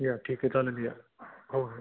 या ठीक आहे चालेल या हो हो